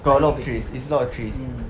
got a lot of trees is a lot of trees